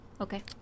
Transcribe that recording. Okay